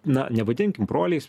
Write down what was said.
na nevadinkim broliais